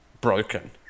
broken